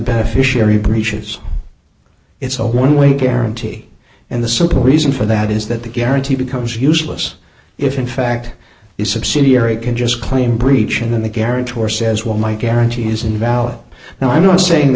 beneficiary breaches it's a one way guarantee and the simple reason for that is that the guarantee becomes useless if in fact the subsidiary can just claim breach and then the guarantor says well my guarantee is invalid now i'm not saying they